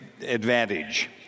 advantage